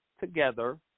together